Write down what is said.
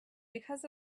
because